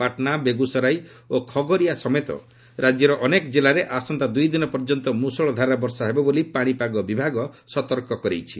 ପାଟନା ବେଗୁସରାଇ ଓ ଖଗରିଆ ସମେତ ରାଜ୍ୟର ଅନେକ ଜିଲ୍ଲାରେ ଆସନ୍ତା ଦୁଇ ଦିନ ପର୍ଯ୍ୟନ୍ତ ମୁଷଳ ଧାରାରେ ବର୍ଷା ହେବା ବୋଲି ପାଣିପାଗ ବିଭାଗ ସତର୍କ କରାଇଛି